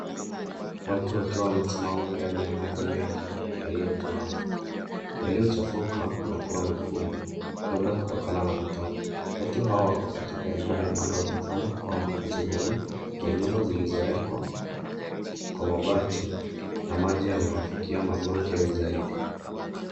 Watu wakiwa wamesimama ndani ya maji mengi yaliyotuama, yaliyochafuka na kuwa mekundu labda kutokana na matope watu hawa wako katika eneo linalo onekana kuwa makazi duni ya nyumba zilizowekwa kwa mabati na maji yamewafikia magoti au zaidi.